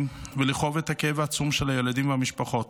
ולכאוב את הכאב העצום של הילדים והמשפחות.